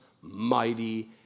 mighty